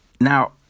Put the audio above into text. Now